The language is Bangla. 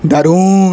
দারুণ